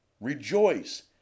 Rejoice